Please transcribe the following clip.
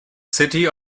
city